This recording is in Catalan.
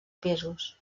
pisos